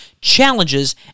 challenges